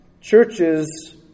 churches